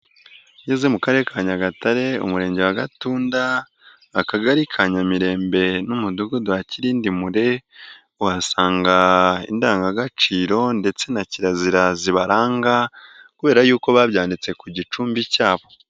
Iyo ugeze mu Karere ka Nyagatare Umurenge wa Gatunda Akagari ka Nyamirembe n'Umudugudu wa Kirindimure uhasanga indangagaciro ndetse na kirazira zibaranga kubera y'uko babyanditse ku gicumbi cyabo.